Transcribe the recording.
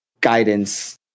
guidance